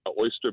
oyster